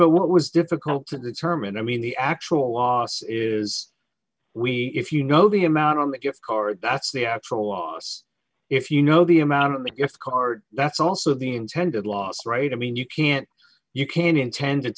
but what was difficult to determine i mean the actual loss is we if you know the amount on the gift card that's the actual loss if you know the amount of the gift card that's also the intended loss right i mean you can't you can intend to